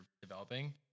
developing